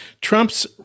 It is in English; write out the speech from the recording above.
Trump's